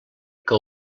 que